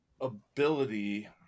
ability